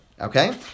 Okay